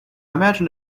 imagine